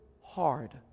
hard